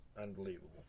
unbelievable